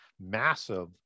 massive